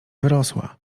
wyrosła